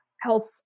health